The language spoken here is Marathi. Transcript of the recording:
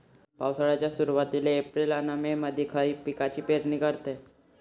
पावसाळ्याच्या सुरुवातीले एप्रिल अन मे मंधी खरीप पिकाची पेरनी करते